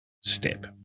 step